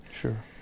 Sure